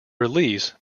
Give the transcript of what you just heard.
release